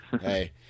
hey